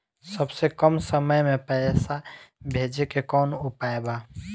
सबसे कम समय मे पैसा भेजे के कौन उपाय बा?